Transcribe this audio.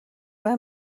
راه